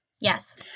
Yes